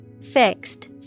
Fixed